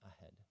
ahead